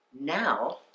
Now